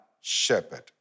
shepherd